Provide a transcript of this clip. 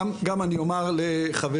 גם אני אומר לחברי,